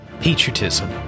Patriotism